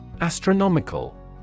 Astronomical